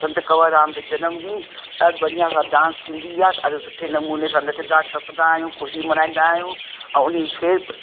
संत कंवर राम जो जनमु ॾींहुं ॾाढो बढ़िया सां डांस थींदी आहे ॾाढे सुठे नमूने सां नचंदा टुपंदा आहियूं ख़ुशी मल्हाईंदा आहियूं ऐं हुनजी छेर